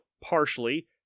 partially